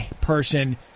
person